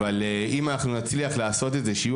אבל אם אנחנו נצליח לעשות את זה שיהיו